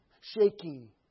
shaking